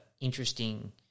interesting